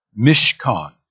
mishkan